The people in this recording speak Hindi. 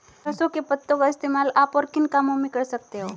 सरसों के पत्तों का इस्तेमाल आप और किन कामों में कर सकते हो?